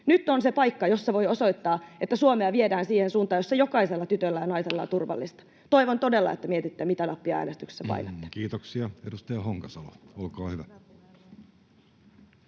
Nyt on se paikka, jossa voi osoittaa, että Suomea viedään siihen suuntaan, jossa jokaisella tytöllä ja naisella on turvallista. Toivon todella, että mietitte, mitä nappia äänestyksessä painatte. [Speech 29] Speaker: Jussi Halla-aho